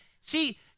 See